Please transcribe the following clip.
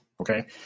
Okay